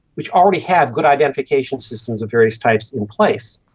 which already have good identification systems of various types in place,